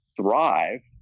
thrive